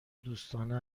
دوستانه